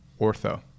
ortho